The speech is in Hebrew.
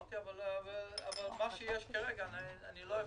אבל מה שיש כרגע אני לא אפסיק.